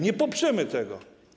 Nie poprzemy tego.